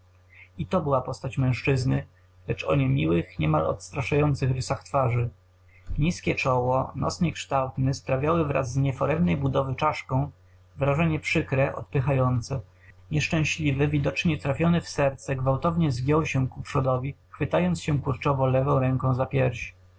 i to była postać mężczyzny lecz o niemiłych niemal odstraszających rysach twarzy niskie czoło nos niekształtny sprawiały wraz z nieforemnej budowy czaszką wrażenie przykre odpychające nieszczęśliwy widocznie trafiony w serce gwałtownie zgiął się ku przodowi chwytając się kurczowo lewą ręką